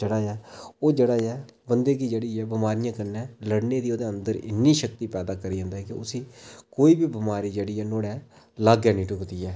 जेह्ड़ा ऐ ओह् जेह्ड़ा ऐ बंदे गी जेह्ड़ी ऐ बमारियें कन्नै लड़ने दी ओह्दे अंदर इ'न्नी शक्ति पैदा करी दिंदे कि उसी कोई बी बमारी जेह्ड़ी ऐ नुहाड़े लागै निं पुज्जदी ऐ